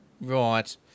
Right